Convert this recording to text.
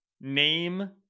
name